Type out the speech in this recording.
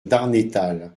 darnétal